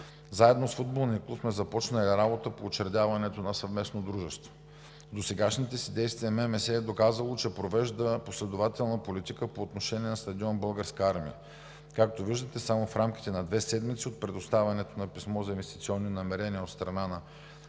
Заедно с футболния клуб сме започнали работа по учредяването на съвместно дружество. В досегашните си действия Министерството на младежта и спорта е доказало, че провежда последователна политика по отношение на стадион „Българска армия“. Както виждате, само в рамките на две седмици от предоставянето на писмо за инвестиционни намерения от страна